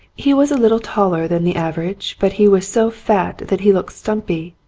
he was a little taller than the average, but he was so fat that he looked stumpy.